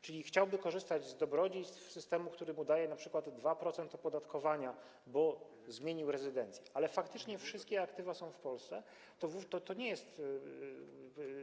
czyli chce korzystać z dobrodziejstw systemu, który mu daje np. 2% opodatkowania, bo zmienił rezydencję, ale faktycznie wszystkie aktywa są w Polsce, to nie jest.